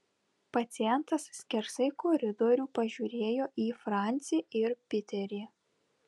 pacientas skersai koridorių pažiūrėjo į francį ir piterį